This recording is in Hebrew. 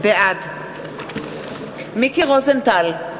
בעד מיקי רוזנטל,